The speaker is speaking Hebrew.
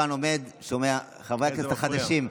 חברי הכנסת החדשים,